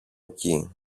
κει